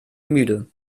müde